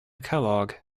kellogg